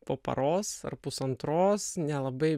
po paros ar pusantros nelabai